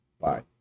Bye